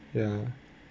ya